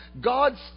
God's